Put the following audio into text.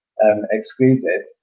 excluded